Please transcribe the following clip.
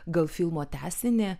gal filmo tęsinį